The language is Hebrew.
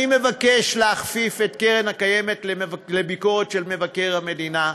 אני מבקש להכפיף את הקרן הקיימת לביקורת של מבקר המדינה.